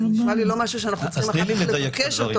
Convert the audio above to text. זה נשמע לי לא משהו שאנחנו צריכים אחר כך לבקש אותו.